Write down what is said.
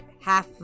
half